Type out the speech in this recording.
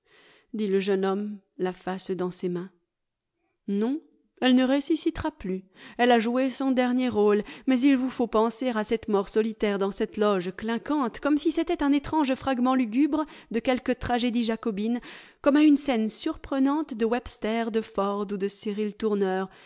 dit le jeune homme la face dans ses mains non elle ne ressuscitera plus elle a joué son dernier rôle mais il vous faut penser à cette mort solitaire dans cette loge clinquante comme si c'était un étrange fragment lugubre de quelque tragédie jacobine comme à une scène surprenante de webster de ford ou de cyril tourneur